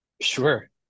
Sure